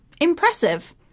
impressive